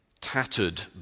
tattered